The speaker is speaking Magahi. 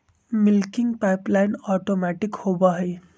मिल्किंग पाइपलाइन ऑटोमैटिक होबा हई